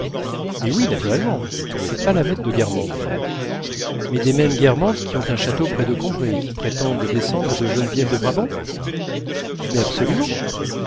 mais oui naturellement c'est palamède de guermantes mais des mêmes guermantes qui ont un château près de combray et qui prétendent descendre de geneviève de brabant mais absolument